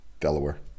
Delaware